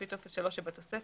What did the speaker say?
לפי טופס 3 שבתוספת.